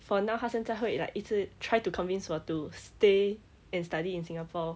for now 她现在会 like 一直 try to convince 我 to stay and study in singapore